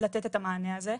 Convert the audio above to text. לתת את המענה הזה.